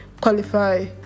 qualify